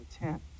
intent